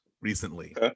recently